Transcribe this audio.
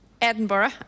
edinburgh